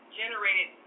generated